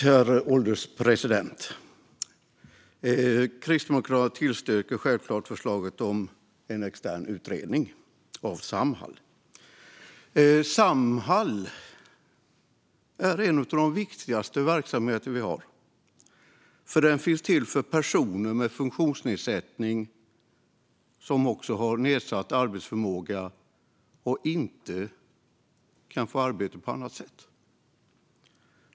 Herr ålderspresident! Kristdemokraterna tillstyrker självklart förslaget om en extern utredning av Samhall. Samhall är en av de viktigaste verksamheter vi har, för den finns till för personer med funktionsnedsättning och nedsatt arbetsförmåga och som inte kan få arbete på annat sätt.